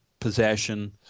possession